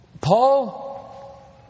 Paul